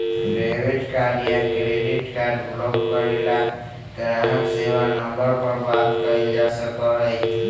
debit card या credit card block करे ला ग्राहक सेवा नंबर पर बात कइल जा सका हई